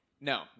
No